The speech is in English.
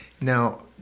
Now